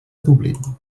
dublín